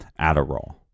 Adderall